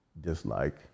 dislike